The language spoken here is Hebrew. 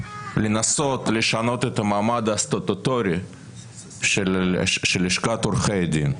לנסות לשנות את המעמד הסטטוטורי של לשכת עורכי הדין,